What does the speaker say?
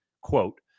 quote